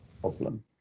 problem